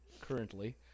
currently